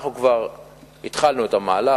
כבר התחלנו את המהלך.